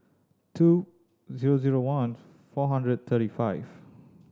two zero zero one four hundred thirty five